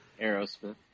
Aerosmith